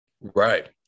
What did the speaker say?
Right